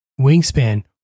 Wingspan